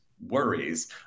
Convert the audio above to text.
worries